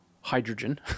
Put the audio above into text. hydrogen